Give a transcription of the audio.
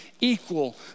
equal